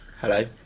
Hello